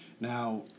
Now